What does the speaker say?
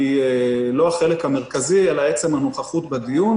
היא לא החלק המרכזי אלא עצם הנוכחות בדיון.